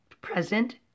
present